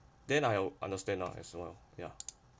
then I understand a as well ya